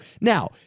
Now